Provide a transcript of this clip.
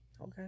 Okay